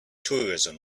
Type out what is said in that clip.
tourism